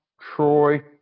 Troy